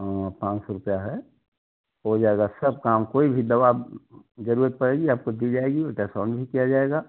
हाँ पाँच सौ रुपये है हो जाएगा सब काम कोई भी दवा ज़रूरत पड़ेगी आप को दी जाएगी अल्ट्रासाउंड भी किया जाएगा